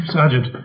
Sergeant